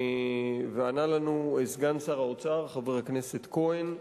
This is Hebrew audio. וענה לנו סגן שר האוצר, חבר הכנסת כהן,